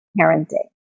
parenting